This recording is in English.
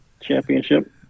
championship